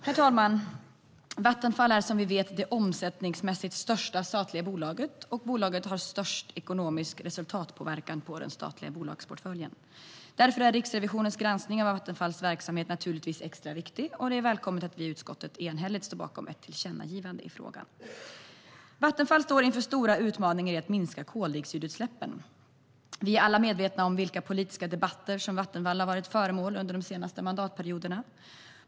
Herr talman! Vattenfall är som vi vet det omsättningsmässigt största statliga bolaget, och bolaget har störst ekonomisk resultatpåverkan på den statliga bolagsportföljen. Därför är Riksrevisionens granskning av Vattenfalls verksamhet naturligtvis extra viktig, och det är välkommet att vi i utskottet enhälligt står bakom ett tillkännagivande i frågan. Vattenfall står inför stora utmaningar i att minska koldioxidutsläppen. Vi är alla medvetna om vilka politiska debatter som Vattenfall har varit föremål för under de senaste mandatperioderna.